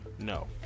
No